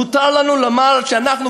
מותר לנו לומר שאנחנו,